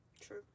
true